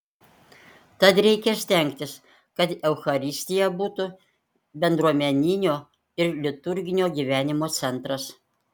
tad reikia stengtis kad eucharistija būtų bendruomeninio ir liturginio gyvenimo centras